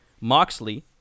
Moxley